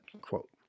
quote